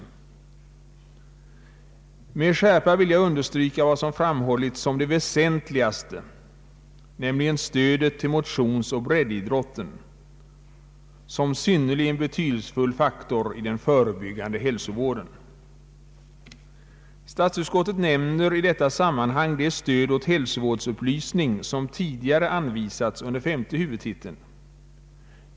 Jag vill med skärpa understryka vad som framhållits såsom det mest väsentliga, d.v.s. stödet till motionsoch breddidrotten som en synnerligen betydelsefull faktor i den förebyggande hälsovården. Statsutskottet nämner i detta sammanhang det stöd åt hälsovårdsupplysning som tidigare anvisats under femte huvudtiteln.